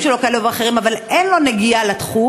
שלו כאלה ואחרים אבל אין לו נגיעה לתחום,